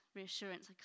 reassurance